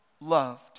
loved